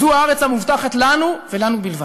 זו הארץ המובטחת לנו, ולנו בלבד.